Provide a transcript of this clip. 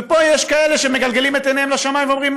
ופה יש כאלה שמגלגלים את עיניהם לשמיים ואומרים: